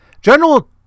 general